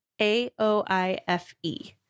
A-O-I-F-E